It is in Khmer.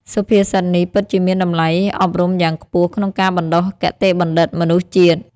សុភាសិតនេះ ពិតជាមានតម្លៃអប់រំយ៉ាងខ្ពស់ក្នុងការបណ្តុះគតិបណ្ឌិតមនុស្សជាតិ។